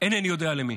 איני יודע למי.